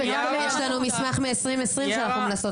יש לנו מסמך מ-2020 שאנחנו מנסות